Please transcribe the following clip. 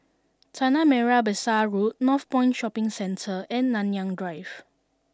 Tanah Merah Besar Road Northpoint Shopping Centre and Nanyang Drive